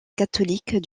catholique